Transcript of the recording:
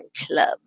club